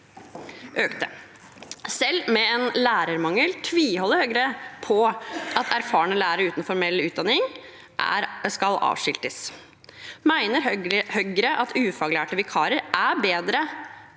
Selv med en lærermangel tviholder Høyre på at erfarne lærere uten formell utdanning skal avskiltes. Mener Høyre at ufaglærte vikarer er bedre